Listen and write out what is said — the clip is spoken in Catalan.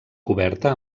coberta